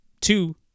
two